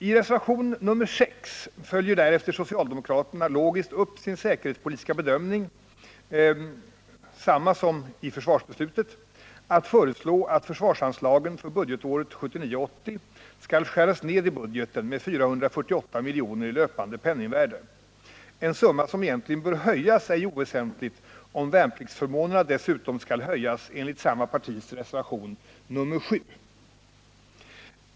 I reservation nr 6 följer därefter socialdemokraterna logiskt upp sin säkerhetspolitiska bedömning, liksom i samband med försvarsbeslutet, genom att föreslå att försvarsanslagen för budgetåret 1979/80 skall skäras ned i budgeten med 448 milj.kr. i löpande penningvärde, en summa som egentligen bör höjas ej oväsentligt om värnpliktsförmånerna dessutom skall höjas enligt samma partis reservation nr 7.